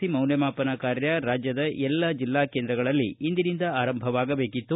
C ಮೌಲ್ಯಮಾಪನ ಕಾರ್ಯ ರಾಜ್ಯದ ಎಲ್ಲ ಜಿಲ್ಲಾ ಕೇಂದ್ರಗಳಲ್ಲಿ ಇಂದಿನಿಂದ ಆರಂಭವಾಗಬೇಕಿತ್ತು